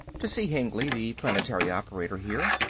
to see hengly, the planetary operator here.